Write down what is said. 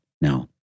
Now